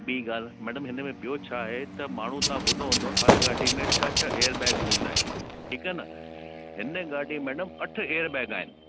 ॿीं ॻाल्हि मैडम हिन में ॿियों छाहे त माण्हू तव्हां ॿुधो हूंदो हर गाॾीअ में छह छह एर बैग हूंदा आहिनि ठीकु आहे न हिन गाॾी में अठ एर बैग आहिनि